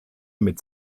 mit